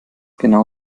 genau